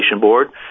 Board